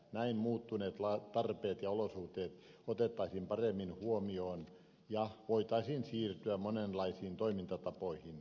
näin muuttuneet tarpeet ja olosuhteet otettaisiin paremmin huomioon ja voitaisiin siirtyä monenlaisiin toimintatapoihin